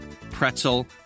pretzel